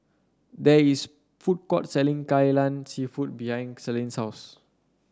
there is food court selling Kai Lan seafood behind Selene's house